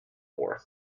bore